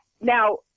Now